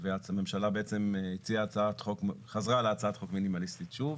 והממשלה חזרה להצעת חוק מינימליסטית שוב.